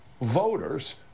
voters